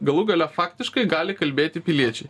galų gale faktiškai gali kalbėti piliečiai